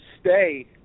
stay